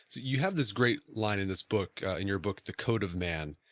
you have this great line in this book, in your book, the code of man,